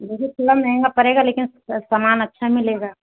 जैसे थोड़ा महंगा पड़ेगा लेकिन स समान अच्छा मिलेगा